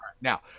Now